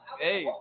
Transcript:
hey